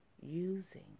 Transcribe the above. using